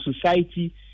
society